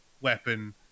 weapon